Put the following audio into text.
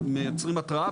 מייצרים התרעה,